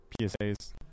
PSAs